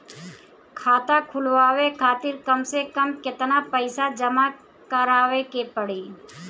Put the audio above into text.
खाता खुलवाये खातिर कम से कम केतना पईसा जमा काराये के पड़ी?